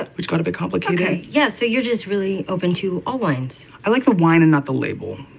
but which got a bit complicated oh, ok. yeah, so you're just really open to all wines i like the wine and not the label.